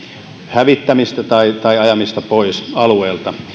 hävittämistä tai tai ajamista pois alueelta